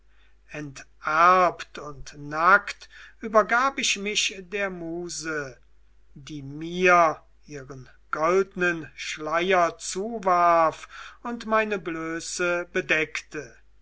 enterbt und nackt übergab ich mich der muse die mir ihren goldnen schleier zuwarf und meine blöße bedeckte